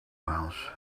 house